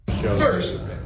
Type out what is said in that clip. First